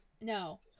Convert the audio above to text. No